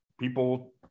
people